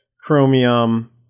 Chromium